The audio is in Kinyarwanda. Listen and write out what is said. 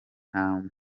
nta